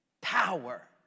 power